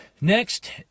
next